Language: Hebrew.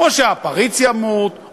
או שהפריץ ימות,